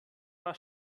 war